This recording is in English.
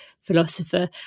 philosopher